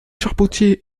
charpentier